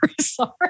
sorry